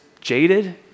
jaded